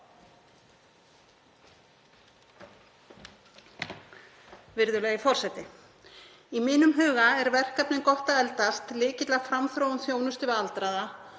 Virðulegur forseti. Í mínum huga er verkefnið Gott að eldast lykill að framþróun þjónustu við aldraða,